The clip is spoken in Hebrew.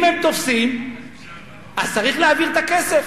אם הם תופסים צריך להעביר את הכסף,